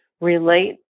relate